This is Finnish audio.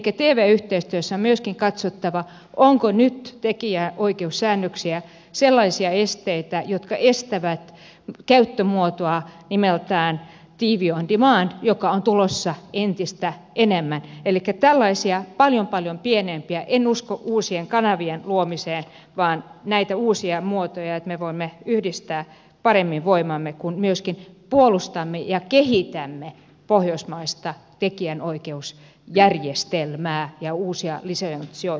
tv yhteistyössä on myöskin katsottava onko nyt tekijänoikeussäännöksissä sellaisia esteitä jotka estävät käyttömuotoa nimeltään tv on demand joka on tulossa entistä enemmän elikkä tällaisia paljon paljon pienempiä en usko uusien kanavien luomiseen vaan näihin uusiin muotoihin että me voimme yhdistää paremmin voimamme kun myöskin puolustamme ja kehitämme pohjoismaista tekijänoikeusjärjestelmää ja uusia lisensointimahdollisuuksia